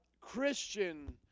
Christian